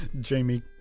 Jamie